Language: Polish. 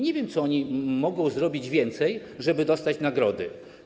Nie wiem, co oni mogą zrobić więcej, żeby dostać nagrody.